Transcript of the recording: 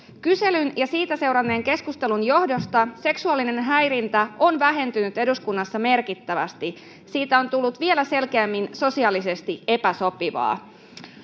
kyselyn ja siitä seuranneen keskustelun johdosta seksuaalinen häirintä on vähentynyt eduskunnassa merkittävästi siitä on tullut vielä selkeämmin sosiaalisesti epäsopivaa